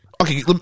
Okay